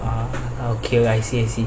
okay lah I see I see